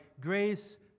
grace